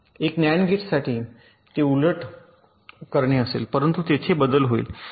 एक नंद साठी ते उलट करणे असेल परंतु तरीही तेथे बदल होईल